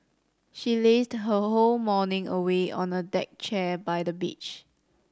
she lazed her whole morning away on a deck chair by the beach